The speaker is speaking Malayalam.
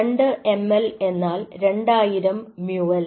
2 ml എന്നാൽ 2000 µl